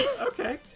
Okay